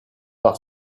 par